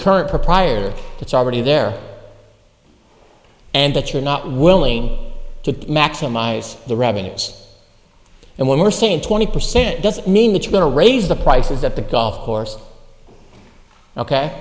current proprietor that's already there and that you're not willing to maximize the rabbits and when we're saying twenty percent doesn't mean it's going to raise the prices of the golf course ok